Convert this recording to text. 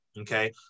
Okay